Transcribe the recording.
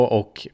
och